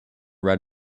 red